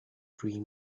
dream